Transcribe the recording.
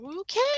Okay